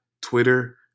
Twitter